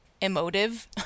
emotive